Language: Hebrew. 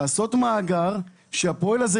לעשות מאגר ולגרוע את הפועל הזה,